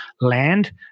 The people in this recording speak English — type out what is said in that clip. land